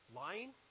lying